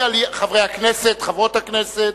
חברי הכנסת, חברות הכנסת,